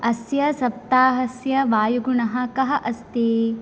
अस्य सप्ताहस्य वायुगुणः कः अस्ति